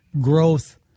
growth